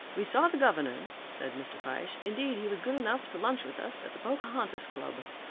we saw the governor, said mr. fyshe. indeed he was good enough to lunch with us at the pocahontas club.